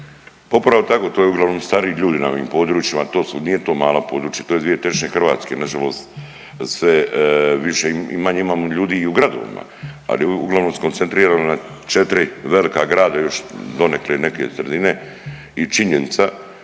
upravo tako to je uglavnom stariji ljudi na ovim područjima nije to malo područje, to je dvije trećine Hrvatske nažalost sve više i manje imamo ljudi i u gradovima, ali uglavnom skoncentrirano na četri velika grada i još donekle neke sredine i činjenica